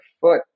foot